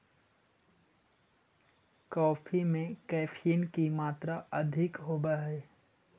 coffee में caffeine की मात्रा अधिक होवअ हई